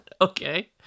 Okay